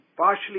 partially